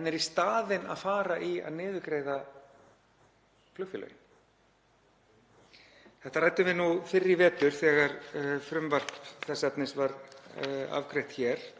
en er í staðinn að fara í að niðurgreiða flugfélögin. Þetta ræddum við fyrr í vetur þegar frumvarp þess efnis var afgreitt hér.